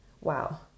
wow